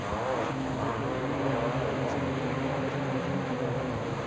सामाजिक योजना में वृद्धा पेंसन और विधवा पेंसन योजना आबह ई?